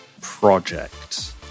project